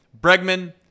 Bregman –